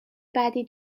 بعدی